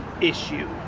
issue